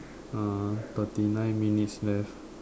uh thirty nine minutes left